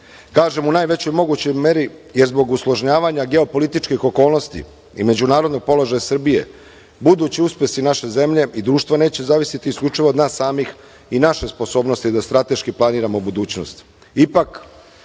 kažem, u najvećoj mogućoj meri, jer zbog usložnjavanja geopolitičkih okolnosti i međunarodnog položaja Srbije, budući uspesi naše zemlje i društva neće zavisiti isključivo od nas samih i naše sposobnosti da strateški planiramo budućnost.